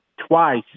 twice